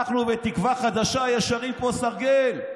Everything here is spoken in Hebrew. אנחנו ותקווה חדשה ישרים כמו סרגל.